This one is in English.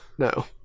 No